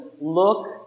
Look